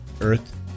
earth